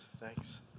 Thanks